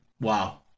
Wow